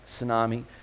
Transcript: tsunami